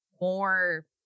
more